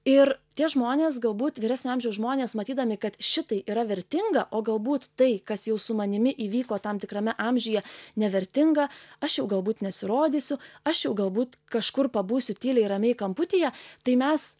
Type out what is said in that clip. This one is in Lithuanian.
ir tie žmonės galbūt vyresnio amžiaus žmonės matydami kad šitai yra vertinga o galbūt tai kas jau su manimi įvyko tam tikrame amžiuje nevertinga aš jau galbūt nesirodysiu aš jau galbūt kažkur pabūsiu tyliai ramiai kamputyje tai mes